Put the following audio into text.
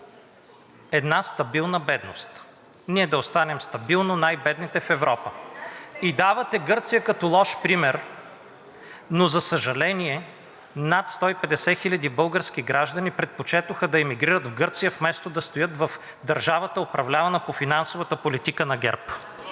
една стабилна бедност – ние да останем стабилно най-бедните в Европа, и давате Гърция като лош пример. Но за съжаление, над 150 хиляди български граждани предпочетоха да емигрират в Гърция, вместо да стоят в държавата, управлявана по финансовата политика на ГЕРБ.